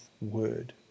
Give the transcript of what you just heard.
word